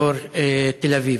אדלשטיין: